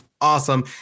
awesome